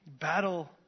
battle